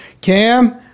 Cam